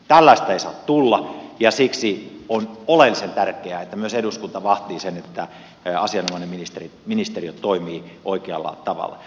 tällaista ei saa tulla ja siksi on oleellisen tärkeää että myös eduskunta vahtii sen että asianomainen ministeriö toimii oikealla tavalla